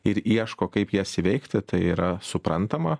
ir ieško kaip jas įveikti tai yra suprantama